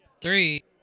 Three